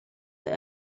that